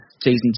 season